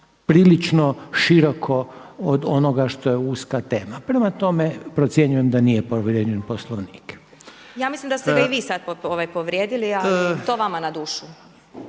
prilično široko od onoga što je uska tema. Prema tome, procjenjujem da nije povrijeđen Poslovnik. **Glasovac, Sabina (SDP)** Ja mislim da ste ga i vi sada povrijedili, ali to vama na dušu.